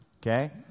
okay